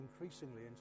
increasingly